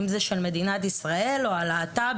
אם זה של מדינת ישראל או של הלהט"בים,